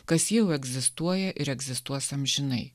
kas jau egzistuoja ir egzistuos amžinai